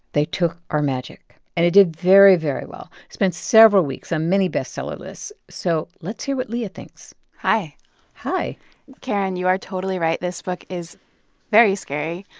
they took our magic and it did very, very well. it spent several weeks on many bestseller lists, so let's hear what leah thinks hi hi karen, you are totally right. this book is very scary.